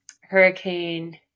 hurricane